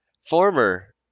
former